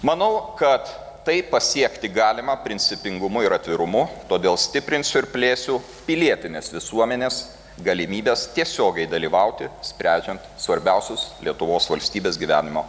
manau kad tai pasiekti galima principingumu ir atvirumu todėl stiprinsiu ir plėsiu pilietinės visuomenės galimybes tiesiogiai dalyvauti sprendžiant svarbiausius lietuvos valstybės gyvenimo